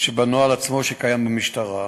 שבנוהל עצמו שקיים במשטרה.